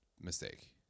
mistake